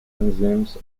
enzymes